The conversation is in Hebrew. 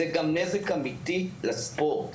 אלא זה גם נזק אמיתי לספורט.